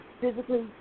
physically